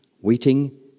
waiting